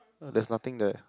there's nothing there